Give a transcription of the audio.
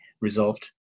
resolved